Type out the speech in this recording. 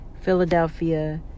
Philadelphia